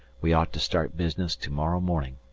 we ought to start business to-morrow morning.